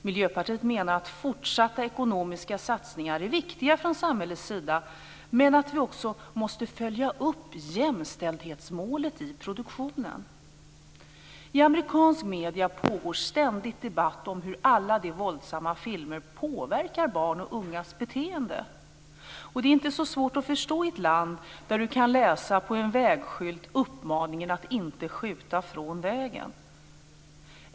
Miljöpartiet menar att fortsatta ekonomiska satsningar är viktiga från samhällets sida, men att vi också måste följa upp jämställdhetsmålet i produktionen. I amerikanska medier pågår ständigt en debatt om hur alla de våldsamma filmerna påverkar barn och ungas beteende. Det är inte så svårt att förstå i ett land där det går att läsa på en vägskylt uppmaningen att inte skjuta från vägen.